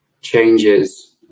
changes